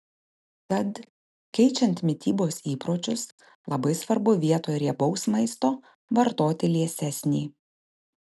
tad keičiant mitybos įpročius labai svarbu vietoj riebaus maisto vartoti liesesnį